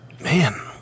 Man